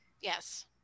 Yes